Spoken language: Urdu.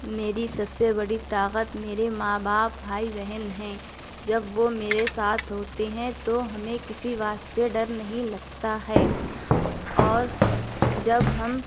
میری سب سے بڑی طاقت میرے ماں باپ بھائی بہن ہیں جب وہ میرے ساتھ ہوتے ہیں تو ہمیں کسی واسطے ڈر نہیں لگتا ہے اور جب ہم